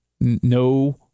No